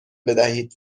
بدهید